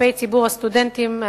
כלפי ציבור הסטודנטים.